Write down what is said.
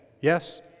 Yes